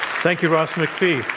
thank you, ross macphee.